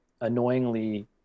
annoyingly